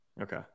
Okay